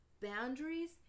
Boundaries